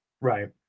Right